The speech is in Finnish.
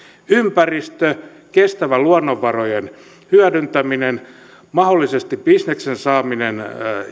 ympäristö kestävä luonnonvarojen hyödyntäminen mahdollisesti bisneksen saaminen